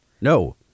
No